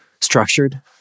structured